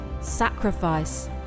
sacrifice